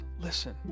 Listen